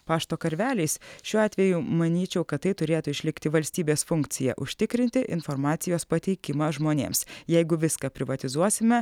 pašto karveliais šiuo atveju manyčiau kad tai turėtų išlikti valstybės funkcija užtikrinti informacijos pateikimą žmonėms jeigu viską privatizuosime